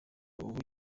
ubu